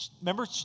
remember